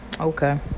Okay